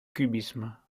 cubisme